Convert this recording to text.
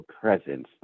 presence